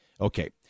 Okay